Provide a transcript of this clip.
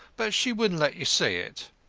but she wouldn't let you see it.